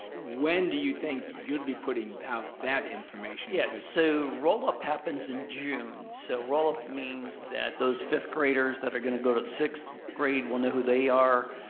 when do you think you'd be putting out that information cause yeah, so roll up happens in june so roll up means that those fifth graders that are gonna go to sixth grade, we'll know who they are,